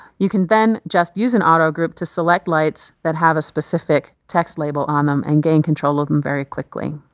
you can then just use an auto-group to select lights that have a specific text label on them and gain control of them very quickly.